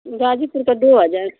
ग़ाज़ीपुर का दो हज़ार